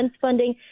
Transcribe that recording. funding